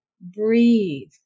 breathe